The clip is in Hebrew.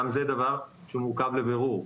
גם זה דבר שמעוכב לבירור.